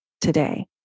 today